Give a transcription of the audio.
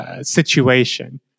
situation